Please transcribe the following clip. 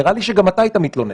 נראה לי שגם אתה היית מתלונן.